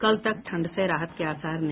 कल तक ठंड से राहत के आसार नहीं